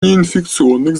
неинфекционных